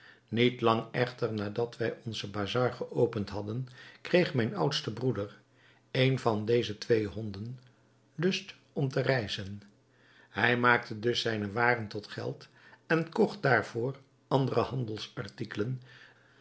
niet lang echter nadat wij onzen bazar geopend hadden kreeg mijn oudste broeder een van deze twee honden lust om te reizen hij maakte dus zijne waren tot geld en kocht daarvoor andere